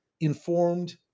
informed